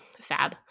fab